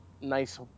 Nice